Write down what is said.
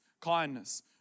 kindness